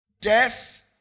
Death